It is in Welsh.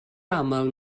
aml